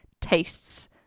tastes